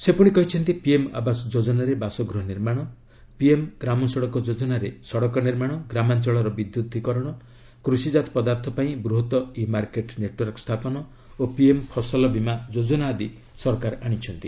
ସେ କହିଛନ୍ତି ପିଏମ୍ ଆବାସ ଯୋଜନାରେ ବାସଗୃହ ନିର୍ମାଣ ପିଏମ୍ ଗ୍ରାମ ସଡ଼କ ଯୋଜନାରେ ସଡ଼କ ନିର୍ମାଣ ଗ୍ରାମାଞ୍ଚଳର ବିଦ୍ୟୁତ କରଣ କୂଷିଜାତ ପଦାର୍ଥ ପାଇଁ ବୃହତ୍ ଇ ମାର୍କେଟ୍ ନେଟ୍ୱର୍କ ସ୍ଥାପନ ଓ ପିଏମ୍ ଫସଲବିମା ଯୋଜନା ଆଦି ସରକାର ଆଶିଛନ୍ତି